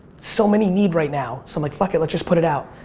so many need right now, so i'm like fuck it, let's just put it out,